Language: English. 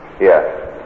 yes